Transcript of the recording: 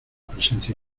presencia